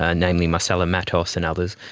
ah namely marcela matos and others,